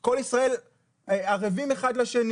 "כל ישראל ערבים זה לזה",